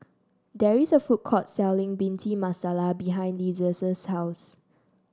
there is a food court selling Bhindi Masala behind Liza's house